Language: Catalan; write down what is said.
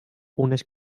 unes